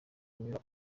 kunyura